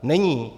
Není.